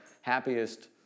happiest